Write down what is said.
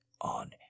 on